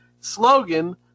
slogan